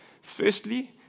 Firstly